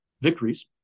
victories